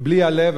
ובלי הלב,